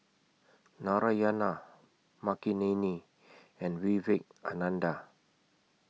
Narayana Makineni and Vivekananda